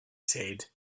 said